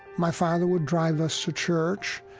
my father would drive us to church.